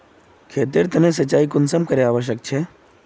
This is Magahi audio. खेतेर तने सिंचाई कुंसम करे आवश्यक छै?